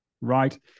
right